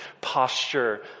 posture